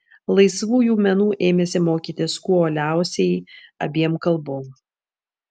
laisvųjų menų ėmėsi mokytis kuo uoliausiai abiem kalbom